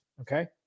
Okay